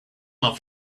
not